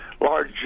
large